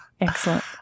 Excellent